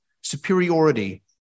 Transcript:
superiority